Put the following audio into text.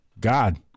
God